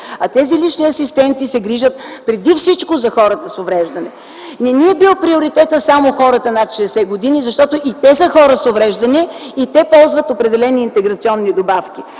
А тези лични асистенти се грижат преди всичко за хората с увреждания. Не ни е бил приоритет само хората над 60 години. Защото и те са хора с увреждания, и те ползват определени интеграционни добавки.